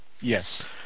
Yes